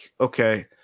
okay